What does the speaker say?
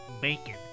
Bacon